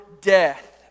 death